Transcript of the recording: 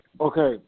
Okay